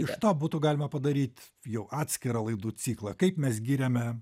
iš to būtų galima padaryti jau atskirą laidų ciklą kaip mes giriame